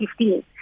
2015